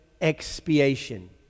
expiation